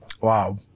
Wow